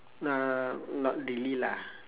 uh not really lah